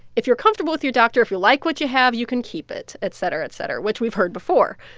if you're comfortable with your doctor, if you like what you have, you can keep it, et cetera, et cetera which we've heard before.